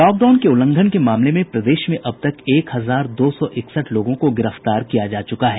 lockdown के उल्लंघन के मामले में प्रदेश में अब तक एक हजार दो सौ इकसठ लोगों को गिरफ्तार किया जा चुका है